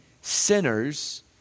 sinners